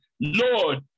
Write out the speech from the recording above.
Lord